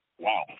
Wow